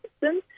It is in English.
system